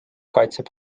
kaitseb